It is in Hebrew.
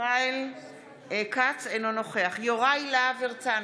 ישראל כץ, אינו נוכח יוראי להב הרצנו,